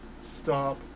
stop